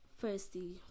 Firstly